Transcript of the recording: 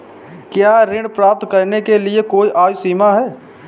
क्या ऋण प्राप्त करने के लिए कोई आयु सीमा है?